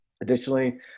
Additionally